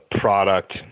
product